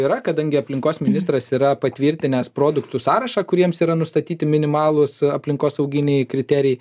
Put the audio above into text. yra kadangi aplinkos ministras yra patvirtinęs produktų sąrašą kuriems yra nustatyti minimalūs aplinkosauginiai kriterijai